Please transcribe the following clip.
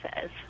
says